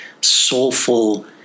soulful